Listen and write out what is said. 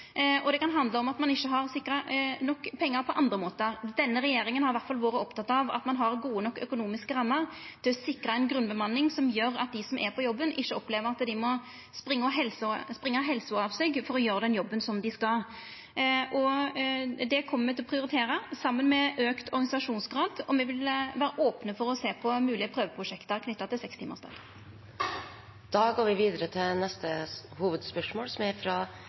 og det kan handla om at ein ikkje har sikra nok pengar på andre måtar. Denne regjeringa har iallfall vore oppteken av at ein har gode nok økonomiske rammer til å sikra ei grunnbemanning som gjer at dei som er på jobben, ikkje opplever at dei må springa helsa av seg for å gjera den jobben dei skal. Det kjem me til å prioritera, saman med auka organisasjonsgrad, og me vil vera opne for å sjå på moglege prøveprosjekt knytte til sekstimarsdagen. Vi går videre til neste